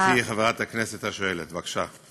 כן, גברתי, חברת הכנסת השואלת, בבקשה.